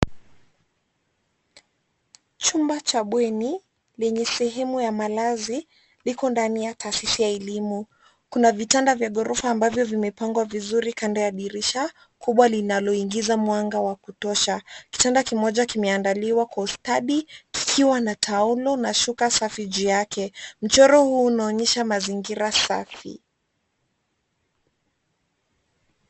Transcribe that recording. Chumba cha bweni, lenye sehemu ya malazi, liko ndani ya taasisi ya elimu. Kuna vitanda vya ghorofa ambavyo vimepangwa vizuri kando ya dirisha kubwa linaloingiza mwanga wa kutosha. Kitanda kimoja kimeandaliwa kwa ustadi kikiwa na taulo na shuka safi juu yake. Mchoro huu unaonyesha mazingira safi.